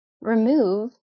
remove